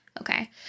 Okay